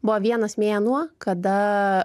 buvo vienas mėnuo kada